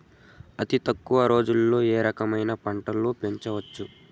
అతి తక్కువ రోజుల్లో ఏ రకమైన పంట పెంచవచ్చు?